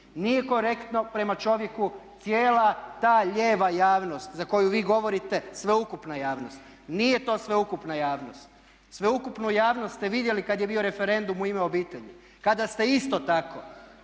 Nije korektno prema čovjeku, cijela ta lijeva javnost za koju vi govorite, sveukupna javnost. Nije to sveukupna javnost. Sveukupnu javnost ste vidjeli kad je bio referendum "U ime obitelji" kada ste isto tako